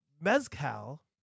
Mezcal